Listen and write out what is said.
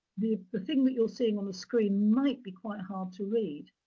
the the thing that you're seeing on the screen might be quite hard to read.